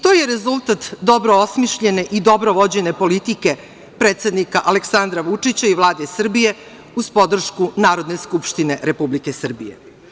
To je rezultat dobro osmišljene i dobro vođene politike predsednika Aleksandra Vučića i Vlade Srbije uz podršku Narodne skupštine Republike Srbije.